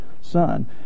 son